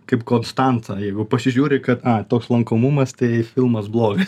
kaip konstanca jeigu pasižiūri kad toks lankomumas tai filmas blogas